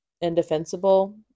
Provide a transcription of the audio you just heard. indefensible